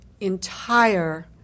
entire